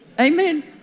Amen